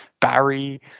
Barry